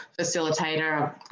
facilitator